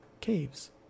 caves